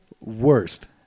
worst